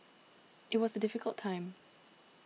it was a difficult time